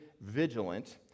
vigilant